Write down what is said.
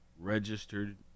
registered